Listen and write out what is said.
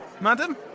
Madam